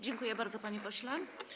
Dziękuję bardzo, panie pośle.